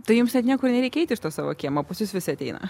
tai jums net niekur nereikia eit iš tos savo kiemo pas jus visi ateina